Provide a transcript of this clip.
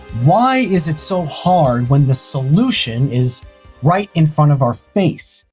why is it so hard when the solution is right in front of our face?